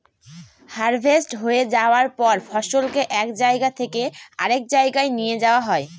harvest হয়ে যায়ার পর ফসলকে এক জায়গা থেকে আরেক জাগায় নিয়ে যাওয়া হয়